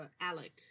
Alec